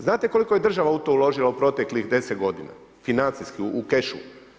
Znate koliko je država u to uložila u proteklih deset godina, financijski u kešu?